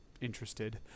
interested